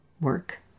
work